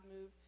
move